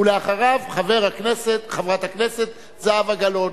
ואחריו חברת הכנסת זהבה גלאון.